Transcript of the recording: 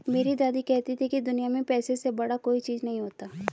मेरी दादी कहती थी कि दुनिया में पैसे से बड़ा कोई चीज नहीं होता